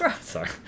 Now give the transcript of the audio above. Sorry